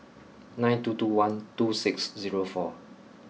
nine two two one two six zero four